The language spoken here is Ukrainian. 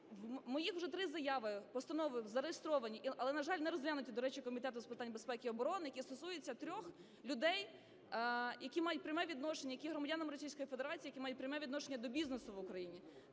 моїх вже три заяви, постанови зареєстровані, але, на жаль, не розглянуті, до речі, Комітетом з питань безпеки і оборони, які стосуються трьох людей, які мають пряме відношення, які є громадянами Російської Федерації, які мають пряме відношення до бізнесу в Україні.